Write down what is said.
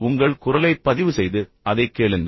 உங்கள் குரலைப் பதிவுசெய்து அதைக் கேளுங்கள்